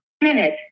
minute